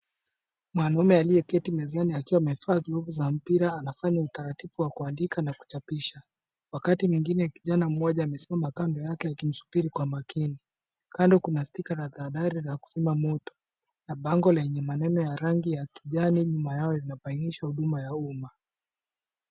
Mwanaume aliyeketi mezani akiwa amevaa glovu za mpira anafanya utaratibu wa kuandika na kuchapisha. Wakati mwingine kijana mmoja amesimama kando yake akimusubiri kwa makini. Kando kuna stika na tahadhari ya kuzima moto na bango lenye maneno ya rangi ya kijani nyuma yao imebainisha huduma ya uma.